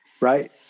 right